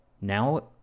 Now